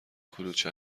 کلوچه